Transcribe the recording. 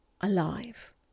alive